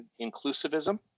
inclusivism